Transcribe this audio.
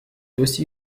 aussi